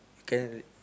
can